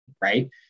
right